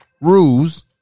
rules